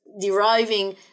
deriving